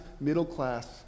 middle-class